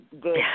good